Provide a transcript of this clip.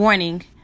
Warning